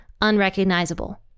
unrecognizable